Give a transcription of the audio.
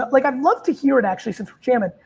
like, i'd love to hear it actually since we're jamming.